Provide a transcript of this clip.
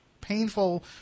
painful